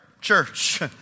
church